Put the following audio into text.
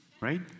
right